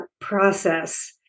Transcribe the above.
process